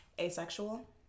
Asexual